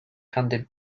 handed